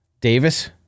Davis